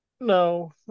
No